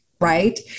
right